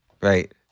Right